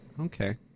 Okay